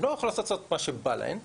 הן לא יכולות לעשות מה שבא להן,